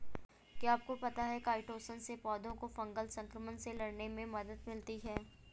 क्या आपको पता है काइटोसन से पौधों को फंगल संक्रमण से लड़ने में मदद मिलती है?